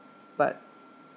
but